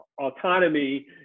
autonomy